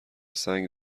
سنگ